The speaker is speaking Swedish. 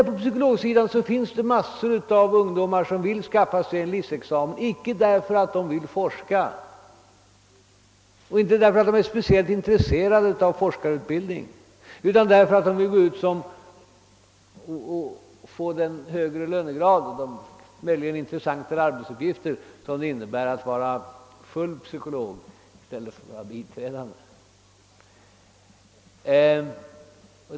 På psykologsidan finns det massor av ungdomar som vill skaffa sig licentiatexamen, icke därför att de ämnar forska och icke därför att de är speciellt intresserade av forskarutbildning, utan därför att de vill få den högre lönegrad och möjligen de intressantare arbetsuppgifter som det innebär att vara fullt utbildad psykolog i stället för biträdande.